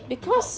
because